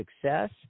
success